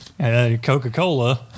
Coca-Cola